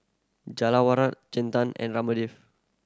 Jawaharlal Chetan and Ramdev